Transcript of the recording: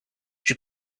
she